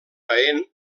jaén